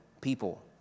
people